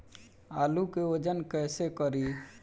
आलू के वजन कैसे करी?